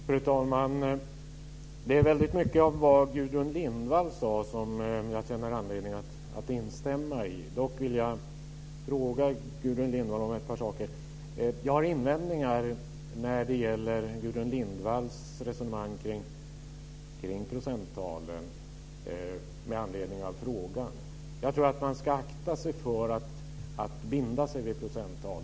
Fru talman! Det är väldigt mycket av det som Gudrun Lindvall har sagt som jag känner anledning att instämma i. Dock vill jag fråga Gudrun Lindvall om ett par saker. Jag har invändningar när det gäller Gudrun Lindvalls resonemang kring procenttalen med anledning av den ställda frågan. Jag tror att man ska akta sig för att binda sig vid procenttal.